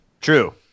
True